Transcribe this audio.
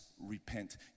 repent